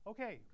Okay